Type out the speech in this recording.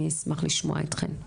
אני אשמח לשמוע אתכן.